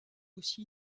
aussi